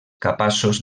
capaços